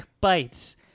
bites